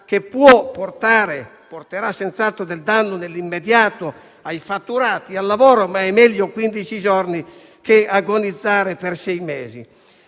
che può portare e porterà senz'altro del danno nell'immediato ai fatturati e al lavoro; ma è meglio quindici giorni che agonizzare per sei mesi.